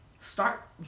start